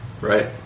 Right